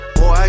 Boy